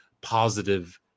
positive